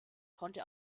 konnte